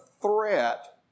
threat